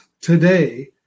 today